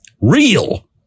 real